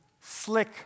slick